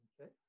okay